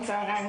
צוהריים